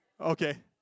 Okay